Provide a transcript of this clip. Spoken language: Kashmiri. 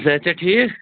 صحت چھا ٹھیٖک